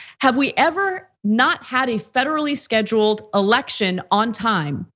have we ever not had a federally scheduled election on time,